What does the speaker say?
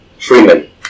Freeman